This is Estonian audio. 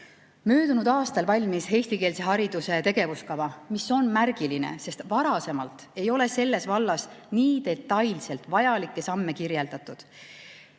Möödunud aastal valmis eestikeelse hariduse tegevuskava, mis on märgiline, sest varasemalt ei ole selles vallas nii detailselt vajalikke samme kirjeldatud.